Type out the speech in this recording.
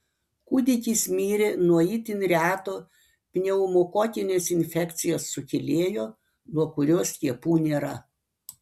kūdikis mirė nuo itin reto pneumokokinės infekcijos sukėlėjo nuo kurio skiepų nėra